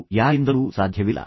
ನಿಮಗೆ ಇದು ಹೇಗೆ ಸಾಧ್ಯವಾಯಿತು